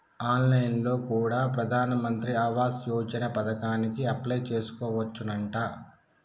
on line లో కూడా ప్రధాన్ మంత్రి ఆవాస్ యోజన పథకానికి అప్లై చేసుకోవచ్చునంట